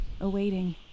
awaiting